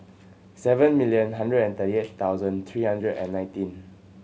seven million hundred and thirty eight million three hundred and nineteen